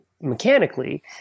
mechanically